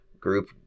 group